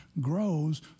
grows